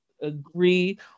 agree